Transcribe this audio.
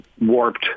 warped